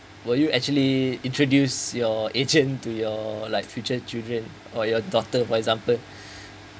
will you actually introduce your agent to your like future children or your daughter for example